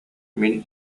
мин